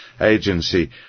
agency